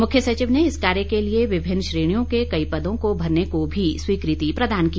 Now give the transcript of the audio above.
मुख्य सचिव ने इस कार्य के लिए विभिन्न श्रेणियों कई पदों को भरने को भी स्वीकृति प्रदान की